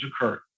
occurred